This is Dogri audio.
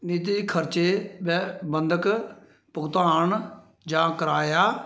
निजी खर्चें ब बंधक भुगतान जां कराया